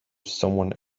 someone